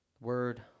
Word